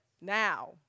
Now